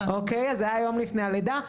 אז זה היה יום לפני הלידה,